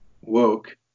woke